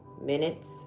minutes